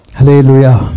Hallelujah